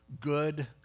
good